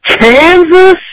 Kansas